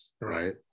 right